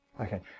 Okay